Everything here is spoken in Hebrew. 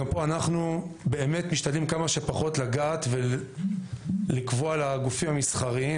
גם פה אנחנו באמת משתדלים כמה שפחות לגעת ולקבוע לגופים המסחריים